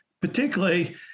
particularly